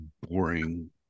boring